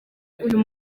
uyu